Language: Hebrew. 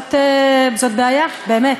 וזאת בעיה באמת.